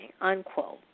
unquote